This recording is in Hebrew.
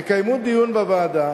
תקיימו דיון בוועדה